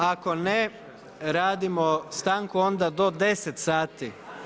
Ako ne, radimo stanku onda do 10 sati.